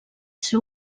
ser